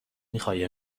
میخوای